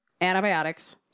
antibiotics